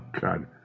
God